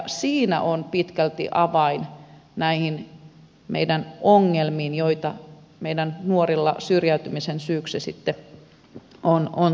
siinä on pitkälti avain näiden ongelmien syihin ongelmien joita meidän nuorille syrjäytymisen vuoksi sitten on syntynyt